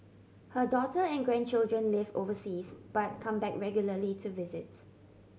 her daughter and grandchildren live overseas but come back regularly to visit